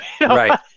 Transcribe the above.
right